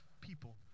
people